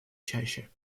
чаще